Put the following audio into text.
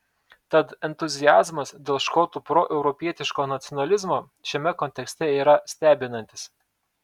tad entuziazmas dėl škotų proeuropietiško nacionalizmo šiame kontekste yra stebinantis